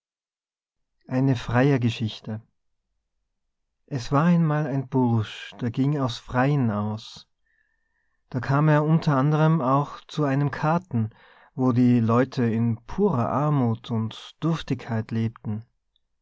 eine freiergeschichte es war einmal ein bursch der ging aufs freien aus da kam er unter anderm auch zu einem kathen wo die leute in purer armuth und dürftigkeit lebten